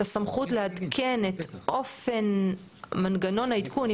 הסמכות לעדכן את אופן מנגנון העדכון,